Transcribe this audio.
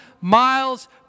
miles